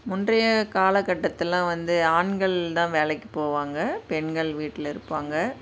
முந்தைய காலகட்டத்திலலாம் வந்து ஆண்கள்தான் வேலைக்குப் போவாங்க பெண்கள் வீட்டில் இருப்பாங்க